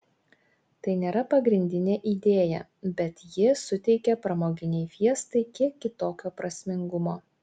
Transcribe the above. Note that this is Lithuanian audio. tai nėra pagrindinė idėja bet ji suteikia pramoginei fiestai kiek kitokio prasmingumo